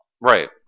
Right